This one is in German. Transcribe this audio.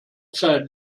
zeit